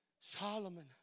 Solomon